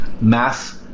mass